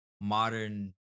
modern